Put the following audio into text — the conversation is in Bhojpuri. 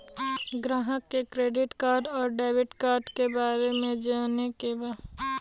ग्राहक के क्रेडिट कार्ड और डेविड कार्ड के बारे में जाने के बा?